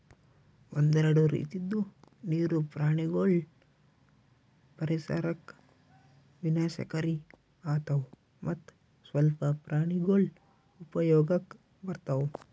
ಒಂದೆರಡು ರೀತಿದು ನೀರು ಪ್ರಾಣಿಗೊಳ್ ಪರಿಸರಕ್ ವಿನಾಶಕಾರಿ ಆತವ್ ಮತ್ತ್ ಸ್ವಲ್ಪ ಪ್ರಾಣಿಗೊಳ್ ಉಪಯೋಗಕ್ ಬರ್ತವ್